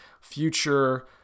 future